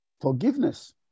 Forgiveness